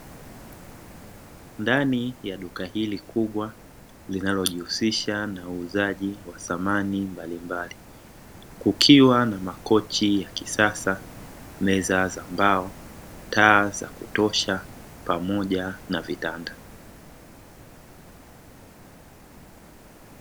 Ndani ya duka hili kubwa linalojihusisha na uuzaji wa samani mbalimbali, kukiwa na makochi ya kisasa meza za mbao taa za kutosha pamoja na vitanda.